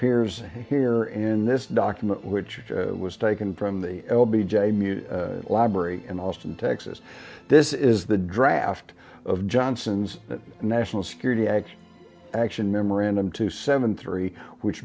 ars here in this document which was taken from the l b j music library in austin texas this is the draft of johnson's national security action action memorandum to seven three which